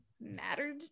mattered